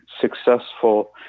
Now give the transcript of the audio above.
successful